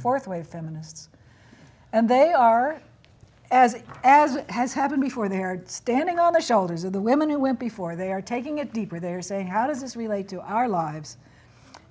fourth wave feminists and they are as as has happened before they're standing on the shoulders of the women who went before they're taking it deeper there's a how does this relate to our lives